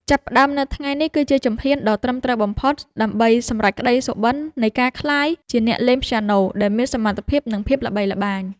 ចាប់ផ្តើមនៅថ្ងៃនេះគឺជាជំហានដ៏ត្រឹមត្រូវបំផុតដើម្បីសម្រេចក្តីសុបិននៃការក្លាយជាអ្នកលេងព្យ៉ាណូដែលមានសមត្ថភាព និងមានភាពល្បីល្បាញ។